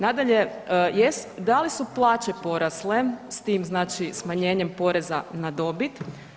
Nadalje, da li su plaće porasle s tim znači smanjenjem poreza na dobit?